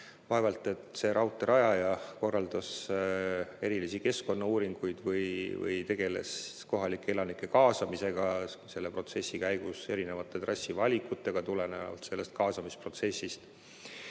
Vaevalt see raudtee rajaja korraldas erilisi keskkonnauuringuid või tegeles kohalike elanike kaasamisega selle protsessi käigus, erinevate trasside valikuga tulenevalt sellest kaasamisprotsessist.